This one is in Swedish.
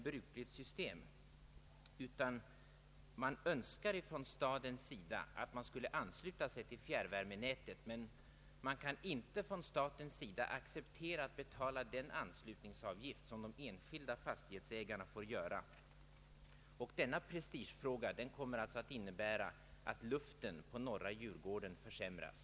På Stockholms stads sida önskar man att det skall bli anslutning till fjärrvärmenätet, men staten kan inte acceptera att betala den anslutningsavgift som de enskilda fastighetsägarna får finna sig i. Denna prestige från kronans sida kommer alltså att innnebära att luften på norra Djurgården försämras.